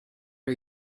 are